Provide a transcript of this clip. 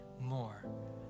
more